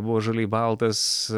buvo žaliai baltas